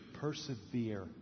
persevere